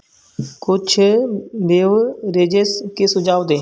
कुछ बेवरेजेज़ के सुझाव दें